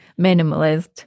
minimalist